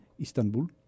Istanbul